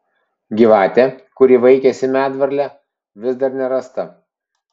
gyvatė kuri vaikėsi medvarlę vis dar nerasta